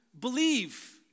believe